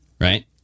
right